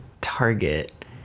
Target